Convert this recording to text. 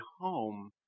home